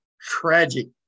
tragic